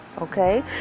okay